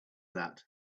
that